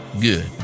Good